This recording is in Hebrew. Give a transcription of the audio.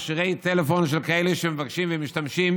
מכשירי טלפון של כאלה שמבקשים ומשתמשים